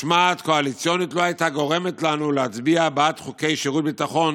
משמעת קואליציונית לא הייתה גורמת לנו להצביע בעד חוקי שירות ביטחון